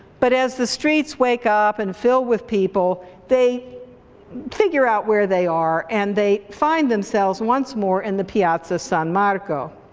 but as the streets wake up and fill with people they figure out where they are and they find themselves once more in the piazza san marco.